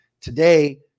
Today